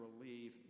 relieve